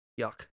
Yuck